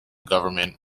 government